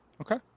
okay